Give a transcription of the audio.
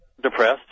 Depressed